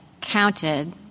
counted